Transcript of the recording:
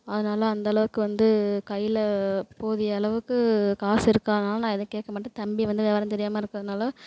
அதனால அந்த அளவுக்கு வந்து கையில் போதிய அளவுக்கு காசு இருக்காததுனால நான் எதுவும் கேட்கமாட்டேன் தம்பி வந்து விவரம் தெரியாமல் இருக்கிறதுனால